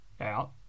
out